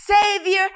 Savior